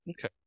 Okay